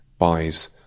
buys